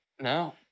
No